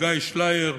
גיא שלייר,